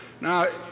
Now